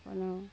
কোনো